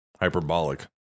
hyperbolic